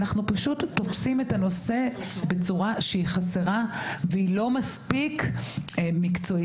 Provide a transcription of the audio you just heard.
אנחנו פשוט תופסים את הנושא בצורה שהיא חסרה והיא לא מספיק מקצועית.